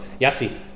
Yahtzee